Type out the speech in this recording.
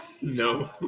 No